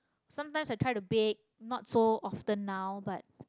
sometimes I try to bake not so often now but